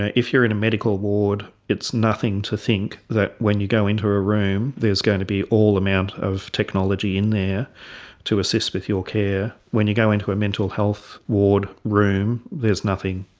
ah if you're in a medical ward it's nothing to think that when you go into a room there's going to be all sorts of technology in there to assist with your care. when you go into a mental health ward room, there's nothing,